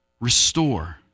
Restore